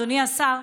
אדוני השר,